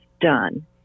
done